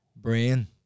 brain